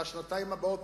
לשנתיים הבאות,